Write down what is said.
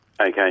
Okay